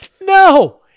No